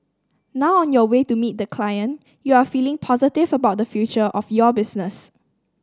now on your way to meet the client you are feeling positive about the future of your business